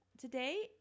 today